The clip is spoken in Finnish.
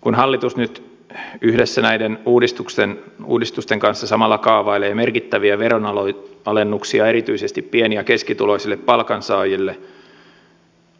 kun hallitus nyt yhdessä näiden uudistusten kanssa samalla kaavailee merkittäviä veronalennuksia erityisesti pieni ja keskituloisille palkansaajille